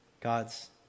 God's